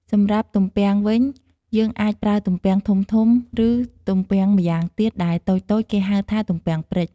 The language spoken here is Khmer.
សម្រាប់ទំពាំងវិញ យើងអាចប្រើទំពាំងធំៗ ឬទំពាំងម្យ៉ាងទៀត ដែលតូចៗ គេហៅថា ទំពាំងព្រិច។